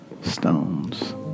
stones